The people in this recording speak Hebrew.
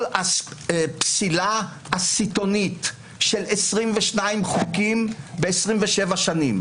כל הפסילה הסיטונית של 22 חוקים ב-27 שנים.